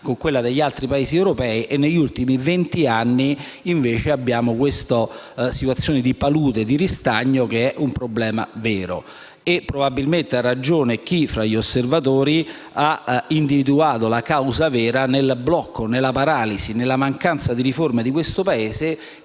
con quella degli altri Paesi europei e negli ultimi venti anni registriamo una situazione di palude, di ristagno, che è un problema vero. Probabilmente ha ragione chi tra gli osservatori ha individuato la causa vera nel blocco, nella paralisi, nella mancanza di riforme che alla